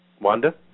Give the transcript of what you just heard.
Wanda